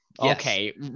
Okay